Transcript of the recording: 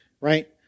Right